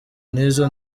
n’izo